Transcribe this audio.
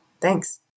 Thanks